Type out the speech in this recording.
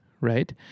right